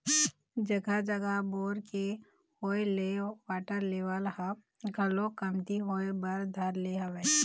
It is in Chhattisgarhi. जघा जघा बोर के होय ले वाटर लेवल ह घलोक कमती होय बर धर ले हवय